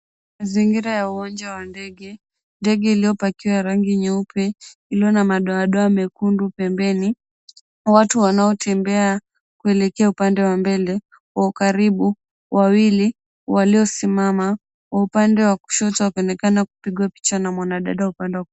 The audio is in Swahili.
Mazingira ya uwanja wa ndege. Ndege iliyopakiwa ya rangi nyeupe, iliyo na madoadoa mekundu pembeni. Watu wanaotembea kuelekea upande wa mbele, kwa ukaribu wawili waliosimama kwa upande wa kushoto wakionekana kupigwa picha na mwanadada upande wa...